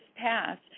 passed